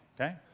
okay